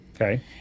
Okay